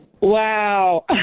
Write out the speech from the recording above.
Wow